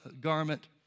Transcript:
garment